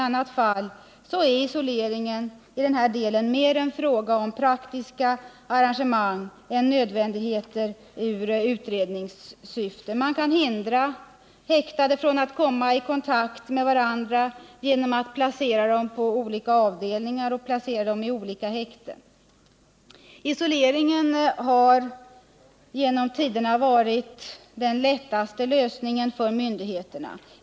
Annars är isoleringen mer en fråga om praktiska arrangemang än om någonting som är nödvändigt för utredningen. Man kan hindra häktade att komma i förbindelse med varandra genom att placera dem på olika avdelningar eller i olika häkten. Isoleringen har under tidernas lopp varit den enklaste lösningen för myndigheterna.